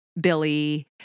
Billy